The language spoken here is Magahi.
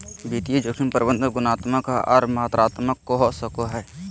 वित्तीय जोखिम प्रबंधन गुणात्मक आर मात्रात्मक हो सको हय